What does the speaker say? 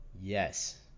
Yes